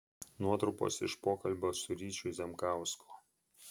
nuotrupos iš pokalbio su ryčiu zemkausku